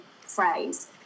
phrase